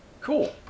Cool